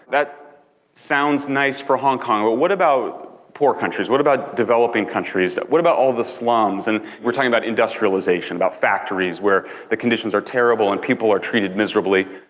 that sounds nice for hong kong, kong, but what about poor countries? what about developing countries? what about all the slums? and we're talking about industrialization, about factories, where the conditions are terrible and people are treated miserably.